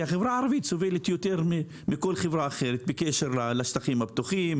כי החברה הערבית סובלת יותר מכל חברה אחרת בקשר לשטחים הפתוחים,